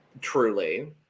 Truly